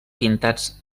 pintats